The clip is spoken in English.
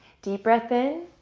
deep breath in.